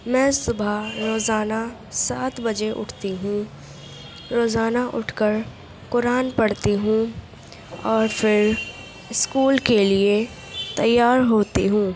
میں صبح روزانہ سات بجے اٹھتی ہوں روزانہ اٹھ کر قرآن پڑھتی ہوں اور پھر اسکول کے لیے تیار ہوتی ہوں